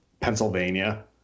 Pennsylvania